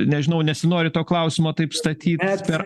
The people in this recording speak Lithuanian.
nežinau nesinori to klausimo taip statyt ar